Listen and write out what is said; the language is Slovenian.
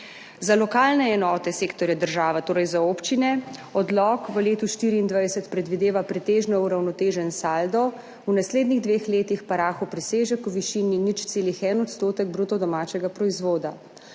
Za lokalne enote sektorja država, torej za občine, odlok v letu 2024 predvideva pretežno uravnotežen saldo, v naslednjih dveh letih pa rahel presežek v višini 0,1 bruto domačega proizvoda.